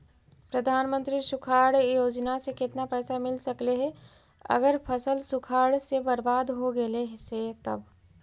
प्रधानमंत्री सुखाड़ योजना से केतना पैसा मिल सकले हे अगर फसल सुखाड़ से बर्बाद हो गेले से तब?